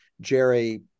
Jerry